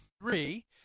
three